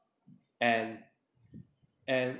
and and